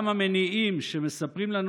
גם המניעים שמספרים לנו,